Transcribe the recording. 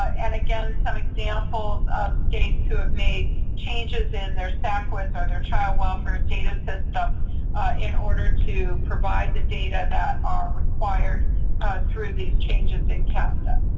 and again some examples of states who have made changes in their sacwis or their child welfare data system in order to provide the data that are required through these changes in capta.